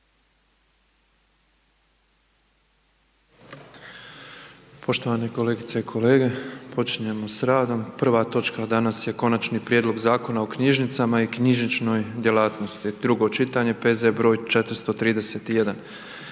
(MOST)** Kolegice i kolege, počinjemo s radom. Prva točka danas je: - Konačni prijedlog zakona o knjižnicama i knjižničnoj djelatnosti, drugo čitanje, P.Z. br. 431;